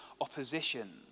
opposition